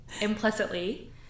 implicitly